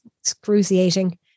excruciating